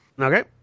Okay